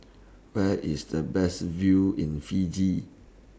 Where IS The Best View in Fiji